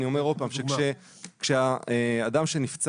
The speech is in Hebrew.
אני אומר שוב שאדם שנפצע